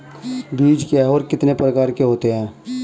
बीज क्या है और कितने प्रकार के होते हैं?